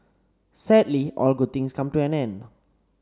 sadly all good things come to an end